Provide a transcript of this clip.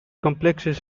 complexes